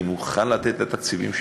אני מוכן לתת את התקציבים שלי.